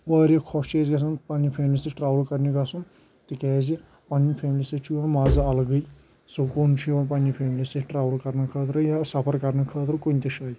واریاہ خۄش چھِ أسۍ گژھان پنٛنہِ فیملی سۭتۍ ٹرٛاوٕل کَرنہِ گژھُن تِکیٛازِ پنٛنہِ فیملی سۭتۍ چھُ یِوان مَزٕ اَلگٕے سکوٗن چھُ یِوان پنٛنہِ فیملی سۭتۍ ٹرٛاوٕل کَرنہٕ خٲطرٕ یا سَفَر کَرنہٕ خٲطرٕ کُنہِ تہِ جاے